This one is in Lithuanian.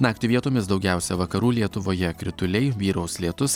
naktį vietomis daugiausia vakarų lietuvoje krituliai vyraus lietus